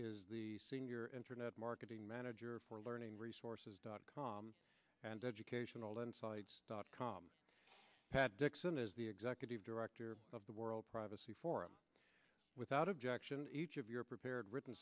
your internet marketing manager for learning resources dot com and educational insights dot com pat dixon is the executive director of the world privacy forum without objection each of your prepared written